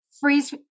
freeze